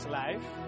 life